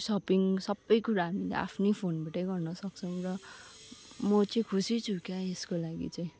shopping सबै कुरा हामीले आफ्नै फोनबाटै गर्न सक्छौँ र म चाहिँ खुसी छु क्या यसको लागि चाहिँ